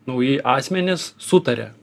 nauji asmenys sutaria